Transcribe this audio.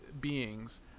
beings